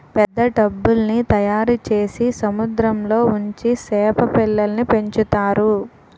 పెద్ద టబ్బుల్ల్ని తయారుచేసి సముద్రంలో ఉంచి సేప పిల్లల్ని పెంచుతారు